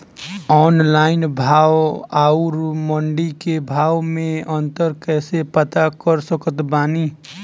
Online भाव आउर मंडी के भाव मे अंतर कैसे पता कर सकत बानी?